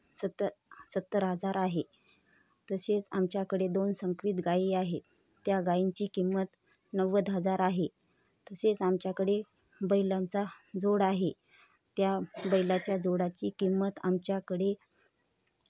सत्तर सत्तर हजार आहे तसेच आमच्याकडे दोन संकरित गायी आहे त्या गायींची किंमत नव्वद हजार आहे तसेच आमच्याकडे बैलांचा जोड आहे त्या बैलाच्या जोडाची किंमत आमच्याकडे